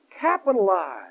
capitalize